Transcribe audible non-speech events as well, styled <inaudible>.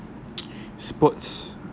<noise> sports